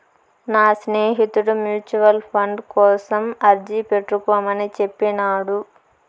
నా స్నేహితుడు mutual fund కోసం అర్జీ పెట్టుకోమని చెప్పినాడు